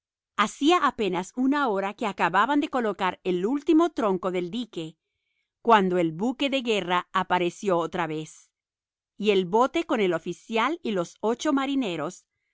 hacía apenas una hora que acababan de colocar el último tronco del dique cuando el buque de guerra apareció otra vez y el bote con el oficial y ocho marineros